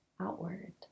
outward